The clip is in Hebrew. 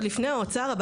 עוד לפני משרד האוצר,